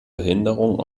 behinderungen